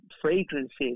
fragrances